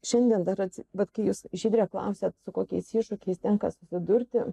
šiandien berods bet kai jūs žydre klausiat su kokiais iššūkiais tenka susidurti